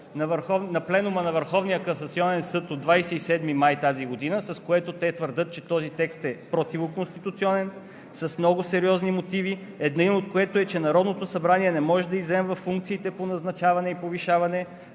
на пленума на Върховния касационен съд от 27 май тази година, с което те твърдят, че този текст е противоконституционен с много сериозни мотиви, един от които е, че Народното събрание не може да изземва функциите по назначаване и повишаване,